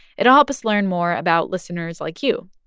it'll help us learn more about listeners like you.